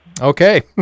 Okay